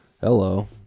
Hello